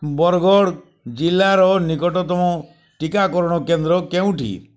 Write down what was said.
ବରଗଡ଼ ଜିଲ୍ଲାର ନିକଟତମ ଟିକାକରଣ କେନ୍ଦ୍ର କେଉଁଠି